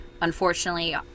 unfortunately